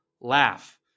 laugh